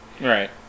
Right